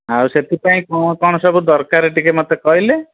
ଆଉ ସେଥିପାଇଁ କ'ଣ କ'ଣ ସବୁ ଦରକାର ଟିକେ ମୋତେ କହିଲେ